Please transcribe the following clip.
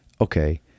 Okay